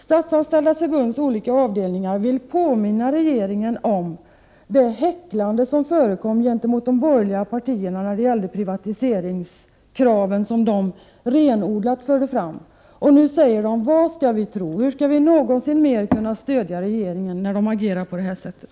Statsanställdas förbunds olika avdelningar vill påminna regeringen om hur de borgerliga partierna häcklades när de förde fram renodlade privatiseringskrav. Nu säger avdelningarna: Vad skall vi tro? Hur skall vi någonsin kunna stödja regeringen, när den agerar på det här sättet?